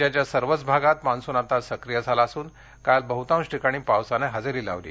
राज्याच्या सर्व भागात मान्सून आता सक्रीय झाला असून काल बहुतांश ठिकाणी पावसानं हजेरी लावली